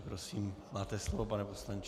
Prosím, máte slovo, pane poslanče.